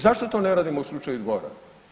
Zašto to ne radimo u slučaju Dvora?